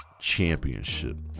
Championship